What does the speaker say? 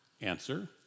Answer